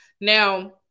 Now